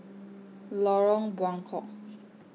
Lorong Buangkok